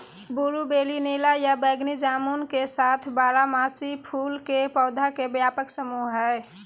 blueberry नीला या बैगनी जामुन के साथ बारहमासी फूल के पौधा के व्यापक समूह हई